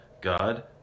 God